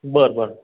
बरं बरं